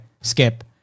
skip